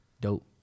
Dope